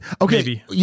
okay